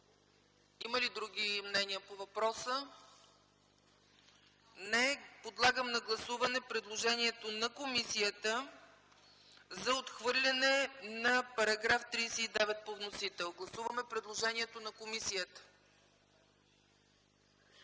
Има ли други мнения по въпроса? Не. Подлагам на гласуване предложението на комисията за отхвърляне на § 39 по вносител. Гласували 70 народни